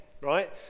right